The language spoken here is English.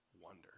wonder